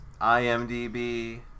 imdb